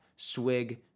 swig